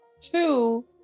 two